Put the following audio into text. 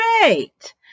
Great